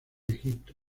egipto